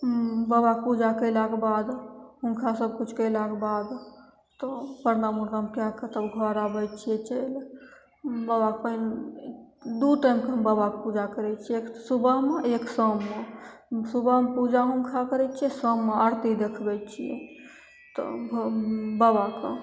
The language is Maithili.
बाबाके पूजा कएलाके बाद हुनका सबकिछु कएलाके बाद तऽ परनाम उरनाम कै के तब घर आबै छिए चलि बाबाके पहिले दुइ टाइमके हम बाबाके पूजा करै छिए एक तऽ सुबहमे एक शाममे सुबहमे पूजा हुनका करै छिए शाममे आरती देखबै छिए तऽ भऽ बाबाके